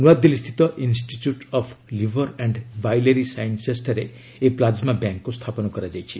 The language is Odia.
ନ୍ତଆଦିଲ୍ଲୀସ୍ଥିତ institute of liver and biliary ସାଇନ୍ସେସ୍ଠାରେ ଏହି ପ୍ଲାଜ୍ମା ବ୍ୟାଙ୍କ୍କୁ ସ୍ଥାପନ କରାଯାଇଛି